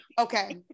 Okay